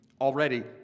already